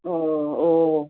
ओ